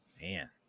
Man